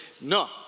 no